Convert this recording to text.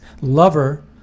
lover